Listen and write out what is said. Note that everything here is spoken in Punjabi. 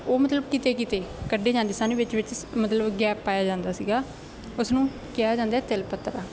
ਉਹ ਮਤਲਬ ਕਿਤੇ ਕਿਤੇ ਕੱਢੇ ਜਾਂਦੇ ਸਨ ਵਿੱਚ ਵਿੱਚ ਮਤਲਬ ਗੈਪ ਪਾਇਆ ਜਾਂਦਾ ਸੀਗਾ ਉਸ ਨੂੰ ਕਿਹਾ ਜਾਂਦਾ ਹੈ ਤਿਲ ਪੱਤਰਾ